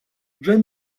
john